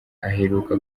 aheruka